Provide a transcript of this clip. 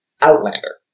Outlander